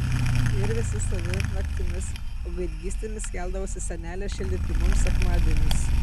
ir visi savi naktimis o gaidgystėmis keldavosi senelė šildyti mums sekmadienius